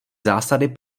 zásady